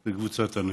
לקבוצת הנכים.